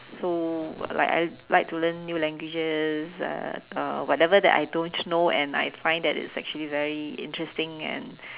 so like I like to learn new languages uh uh whatever that I don't know and I find that it's actually very interesting and